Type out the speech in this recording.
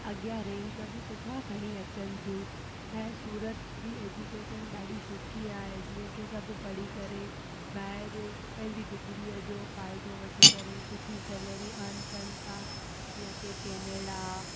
अॻियां रैंक बि सुठा खणी अचनि थियूं ऐं सूरत जी एजुकेशन ॾाढी सुठी आहे जीअं की सभु पढ़ी करे पंहिंजी डिग्रीअ जो फ़ाइदो वठी करे सुठी सेलेरी अर्न कनि था जीअं की केनेडा